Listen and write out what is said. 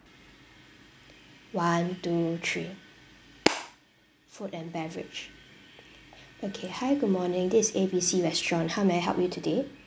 one two three food and beverage okay hi good morning this is A B C restaurant how may I help you today